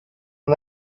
and